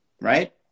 Right